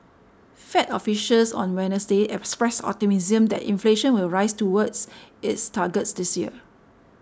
fed officials on Wednesday expressed optimism that inflation will rise towards its target this year